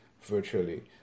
virtually